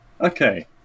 Okay